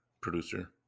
producer